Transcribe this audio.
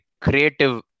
creative